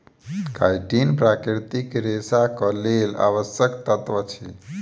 chitin प्राकृतिक रेशाक लेल आवश्यक तत्व अछि